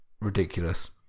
ridiculous